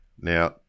Now